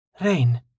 Rain